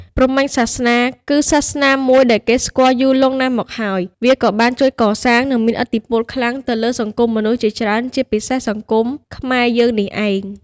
ព្រហ្មញ្ញសាសនា គឺសាសនាមួយដែលគេស្គាល់យូរលង់ណាស់មកហើយ វាក៏បានជួយកសាង និងមានឥទ្ធិពលខ្លាំងទៅលើសង្គមមនុស្សជាច្រើន ជាពិសេស សង្គមខ្មែរ យើងនេះឯង។